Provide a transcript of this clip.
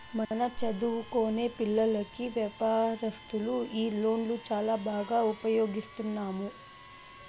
మన చదువుకొనే పిల్లోల్లకి వ్యాపారస్తులు ఈ లోన్లు చాలా బాగా ఉపయోగిస్తున్నాము